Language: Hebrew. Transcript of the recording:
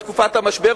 בתקופת המשבר,